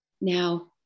Now